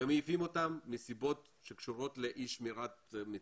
ומעיפים אותם מסיבות שקשורות לאי שמירת מצוות,